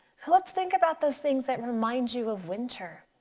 so let's think about those things that remind you of winter.